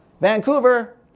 Vancouver